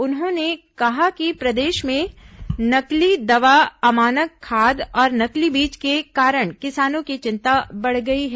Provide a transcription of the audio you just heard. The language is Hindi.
उन्होंने कहा कि प्रदेश में नकली दवा अमानक खाद और नकली बीज के कारण किसानों की चिंता बढ़ गई है